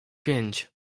pięć